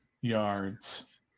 yards